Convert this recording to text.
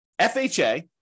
FHA